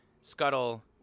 Scuttle